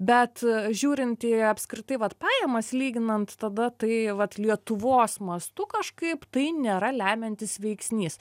bet žiūrint į apskritai vat pajamas lyginant tada tai vat lietuvos mastu kažkaip tai nėra lemiantis veiksnys